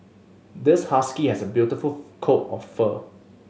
this husky has a beautiful coat of fur